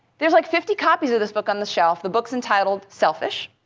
there's like fifty copies of this book on the shelf. the book's entitled selfish.